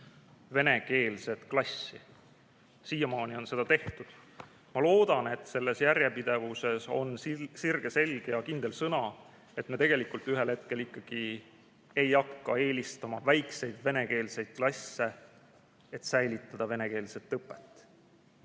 venekeelset klassi. Siiamaani on seda tehtud. Ma loodan, et selles järjepidevuses ollakse sirge selja ja kindla sõnaga ning me tegelikult ühel hetkel ikkagi ei hakka eelistama väikseid venekeelseid klasse, et säilitada venekeelset õpet.